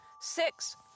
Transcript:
Six